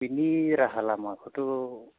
बिनि राहा लामाखौथ'